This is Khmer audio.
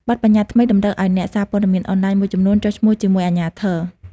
បទប្បញ្ញត្តិថ្មីតម្រូវឱ្យអ្នកសារព័ត៌មានអនឡាញមួយចំនួនចុះឈ្មោះជាមួយអាជ្ញាធរ។